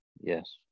yes